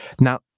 Now